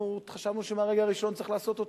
חשבנו מהרגע הראשון שצריך לעשות אותו.